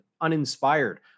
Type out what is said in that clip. uninspired